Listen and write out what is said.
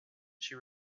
she